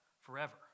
forever